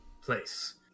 place